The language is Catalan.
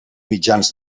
mitjans